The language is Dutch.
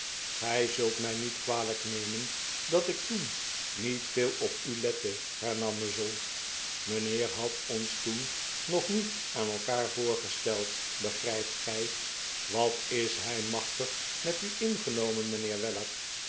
gij zult mij niet kwalijk nemen dat ik toen niet veel op u lette hernam muzzle mijnheer had ons toen nog niet aan elkaar voorgesteld begrijpt gij wat is hij machtig met u ingenomen mijnheer weller